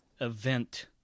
event